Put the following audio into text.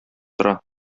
тора